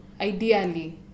ideally